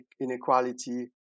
inequality